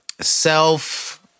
Self